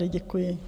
Děkuji.